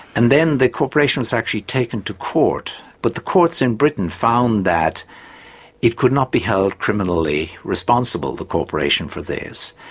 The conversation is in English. and then the corporation was actually taken to court, but the courts in britain found that it could not be held criminally responsible, the corporation, for this,